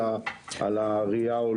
אלא על הראייה ההוליסטית.